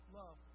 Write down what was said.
love